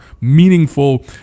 meaningful